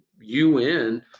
UN